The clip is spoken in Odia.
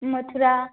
ମଥୁରା